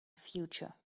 future